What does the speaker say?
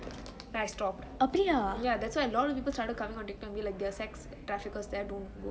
I stopped ya that's why lots of people started coming on tiktok going like there's sex traffickers there don't